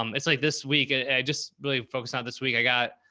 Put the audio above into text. um it's like this week, i just really focusing on this week. i got.